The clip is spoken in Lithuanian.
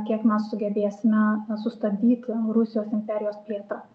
kiek mes sugebėsime sustabdyti rusijos imperijos plėtrą